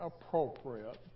appropriate